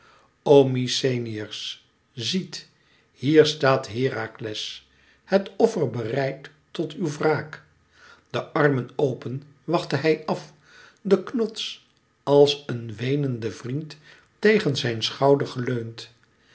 o mykenæërs ziet hier staat herakles het offer bereid tot uw wraak de armen open wachtte hij af den knots als een weenende vriend tegen zijn schouder geleund